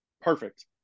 perfect